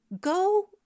Go